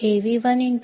720 4